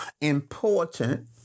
important